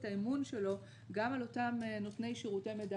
האמון שלו גם על אותם נותני שירותי מידע.